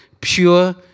pure